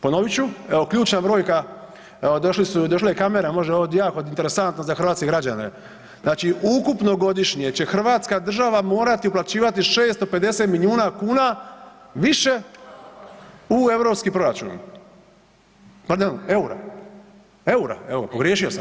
Ponovit ću evo ključna brojka, evo došli su, došla je kamera možda je ovo jako interesantno za hrvatske građane, znači ukupno godišnje će Hrvatska država morati uplaćivati 650 milijuna kuna više u europski proračun, pardon, EUR-a, EUR-a evo pogriješio sam.